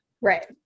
Right